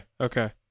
okay